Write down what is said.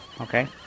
Okay